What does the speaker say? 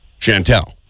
Chantel